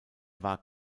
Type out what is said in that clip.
war